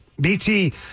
BT